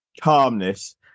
Calmness